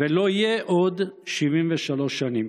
ולא יהיה עוד 73 שנים".